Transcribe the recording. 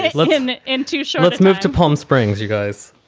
looking into show, let's move to palm springs, you guys.